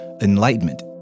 enlightenment